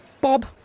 Bob